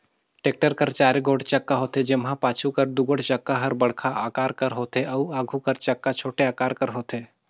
tractor कर चाएर गोट चक्का होथे, जेम्हा पाछू कर दुगोट चक्का हर बड़खा अकार कर होथे अउ आघु कर चक्का छोटे अकार कर होथे